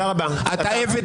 לא,